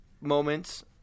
moments